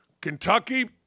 Kentucky